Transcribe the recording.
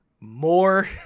More